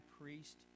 priest